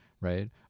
right